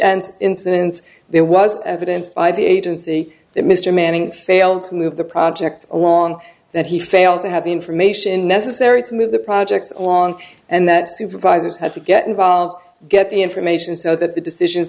and incidents there was evidence by the agency that mr manning failed to move the project along that he failed to have the information necessary to move the projects on and that supervisors had to get involved get the information so that the decisions